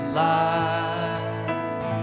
light